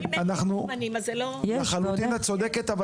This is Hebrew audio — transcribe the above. את צודקת לחלוטין,